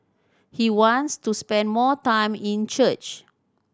he wants to spend more time in church